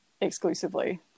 Exclusively